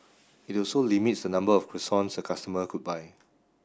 it also limits the number of croissants a customer could buy